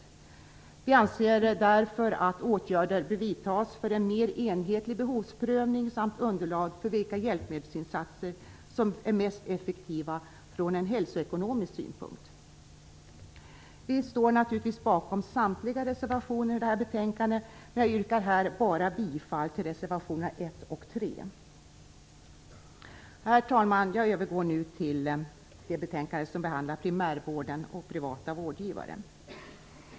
Folkpartiet liberalerna anser därför att åtgärder bör vidtas för en mer enhetlig behovsprövning samt underlag för vilka hjälpmedelsinsatser som är mest effektiva från en hälsoekonomisk synpunkt. Vi står naturligtvis bakom samtliga reservationer i det här betänkandet, men jag yrkar här bara bifall till reservationera 1 och 3. Herr talman! Jag övergår nu till det betänkande som behandlar primärvården och privata vårdgivare.